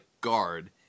guard